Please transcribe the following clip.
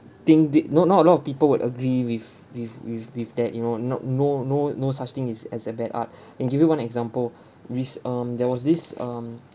think did not not a lot of people would agree with with with with that you know not no no no such thing is as a bad art can give you one example rec~ um there was this um